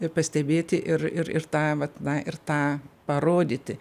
ir pastebėti ir ir ir tą vat na ir tą parodyti